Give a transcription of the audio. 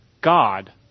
God